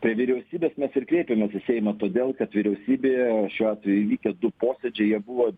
prie vyriausybės mes ir kreipėmės į seimą todėl kad vyriausybėje šiuo atveju įvykę du posėdžiai buvo